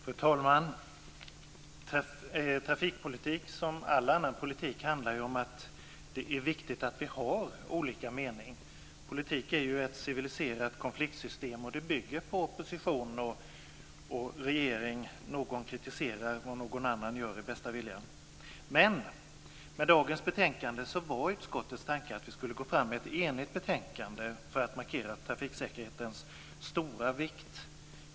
Fru talman! Trafikpolitik som all annan politik handlar om att det är viktigt att vi har olika mening. Politik är ju ett civiliserat konfliktsystem. Det bygger på opposition och regering. Någon kritiserar och någon annan gör med bästa vilja. Med dagens betänkande var utskottets tanke att vi skulle lägga fram med ett enigt betänkande för att markera trafiksäkerhetens stora vikt.